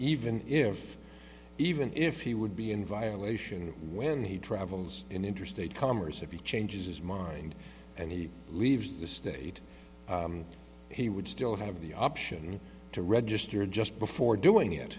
even if even if he would be in violation when he travels in interstate commerce if you changes his mind and he leaves the state he would still have the option to register just before doing it